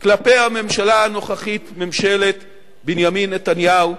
כלפי הממשלה הנוכחית, ממשלת בנימין נתניהו.